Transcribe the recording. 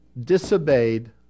disobeyed